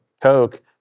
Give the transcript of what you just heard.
coke